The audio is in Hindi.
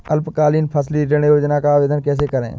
अल्पकालीन फसली ऋण योजना का आवेदन कैसे करें?